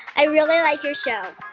i really like your show.